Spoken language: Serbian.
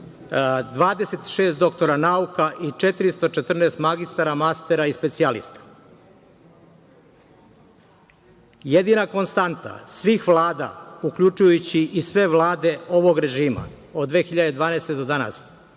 26 doktora nauka i 414 magistra mastera i specijalista. Jedina konstanta svih vlada uključujući i sve vlade ovog režima od 2012. godine